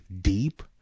deep